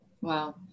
wow